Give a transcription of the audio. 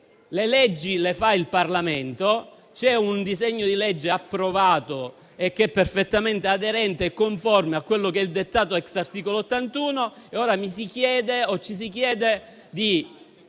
Le leggi le fa il Parlamento. C'è un disegno di legge approvato, perfettamente aderente e conforme a quello che è il dettato dell'articolo 81, e ora ci si chiede di prendere